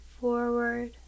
forward